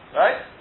right